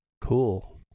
Cool